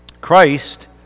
Christ